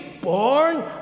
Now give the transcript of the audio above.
born